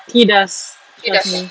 he does trust me